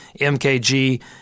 MKG